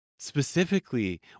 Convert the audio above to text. specifically